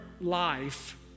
life